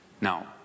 Now